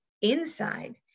inside